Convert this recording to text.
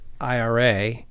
ira